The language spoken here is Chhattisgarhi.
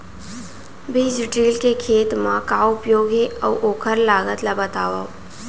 बीज ड्रिल के खेत मा का उपयोग हे, अऊ ओखर लागत ला बतावव?